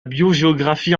biogéographie